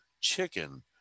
chicken